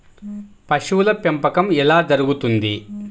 పశువుల పెంపకం ఎలా జరుగుతుంది?